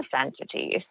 entities